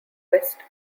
west